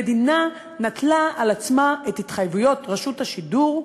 המדינה נטלה על עצמה את התחייבות רשות השידור,